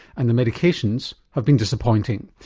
and the medications have been disappointing.